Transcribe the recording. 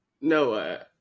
No